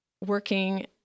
working